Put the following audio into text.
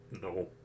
no